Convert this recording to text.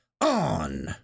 On